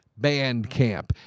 Bandcamp